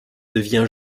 devient